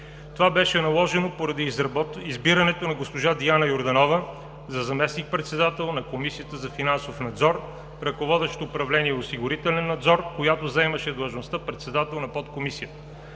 Това беше наложено поради избирането на госпожа Диана Йорданова за заместник-председател на Комисията за финансов надзор, ръководещ управление „Осигурителен надзор“, която заемаше длъжността председател на подкомисията.